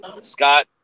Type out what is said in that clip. Scott